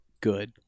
good